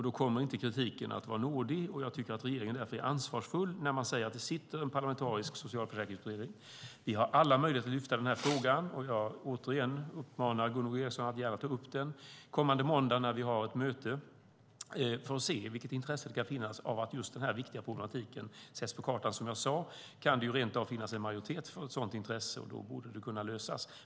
Då kommer kritiken inte att vara nådig, och jag tycker att regeringen är ansvarsfull när man hänvisar till att det sitter en parlamentarisk socialförsäkringsutredning där vi har alla möjligheter att lyfta frågan. Jag uppmanar Gunvor G Ericson att gärna ta upp den kommande måndag när vi har ett möte. Vi får se vilket intresse det kan finnas av att just den här viktiga problematiken sätts på kartan. Som jag sade kan det rent av finnas en majoritet för det, och då borde frågan kunna lösas.